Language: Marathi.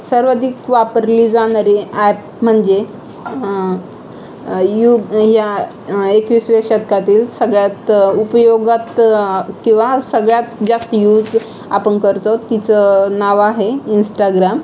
सर्वाधिक वापरली जाणारी ॲप म्हणजे युग या एकविसाव्या शतकातील सगळ्यात उपयोगात किंवा सगळ्यात जास्ती यूज आपण करतो तिचं नाव आहे इन्स्टाग्राम